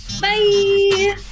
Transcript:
Bye